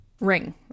ring